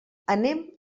anem